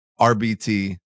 RBT